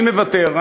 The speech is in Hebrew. אני מוותר.